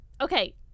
Okay